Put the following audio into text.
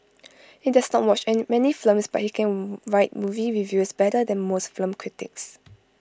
he does not watch any many films but he can write movie reviews better than most film critics